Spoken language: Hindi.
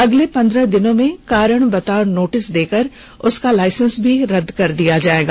अगले पंद्रह दिनों में कारण बताओं नोटिस देकर उनका लाइसेंस भी रद्द कर दिया जाएगा